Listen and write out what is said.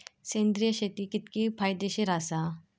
सेंद्रिय शेती कितकी फायदेशीर आसा?